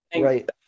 Right